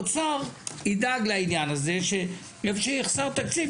שהאוצר ידאג לעניין הזה שאיפה שיחסר תקציב,